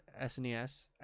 SNES